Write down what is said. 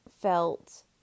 felt